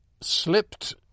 slipped